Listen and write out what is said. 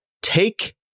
take